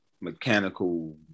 mechanical